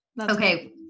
okay